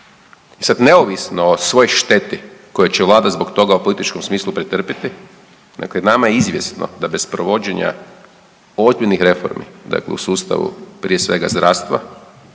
I sad neovisno o svoj šteti koju će Vlada zbog toga u političkom smislu pretrpiti, dakle nama je izvjesno da bez provođenja ozbiljnih reformi, u sustavu, prije svega, zdravstva,